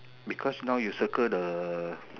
because now you circle the